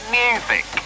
music